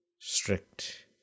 strict